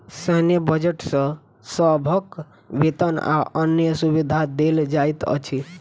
सैन्य बजट सॅ सभक वेतन आ अन्य सुविधा देल जाइत अछि